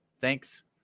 Thanks